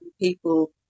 people